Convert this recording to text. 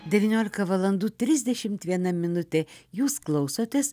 devyniolika valandų trisdešimt viena minutė jūs klausotės